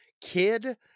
Kid